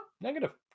negative